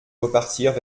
repartirent